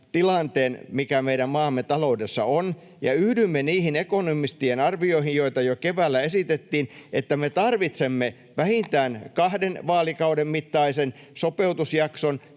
tilanteen, mikä meidän maamme taloudessa on, ja yhdymme niihin ekonomistien arvioihin, joita jo keväällä esitettiin, että me tarvitsemme vähintään kahden vaalikauden mittaisen sopeutusjakson,